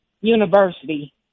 university